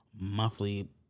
monthly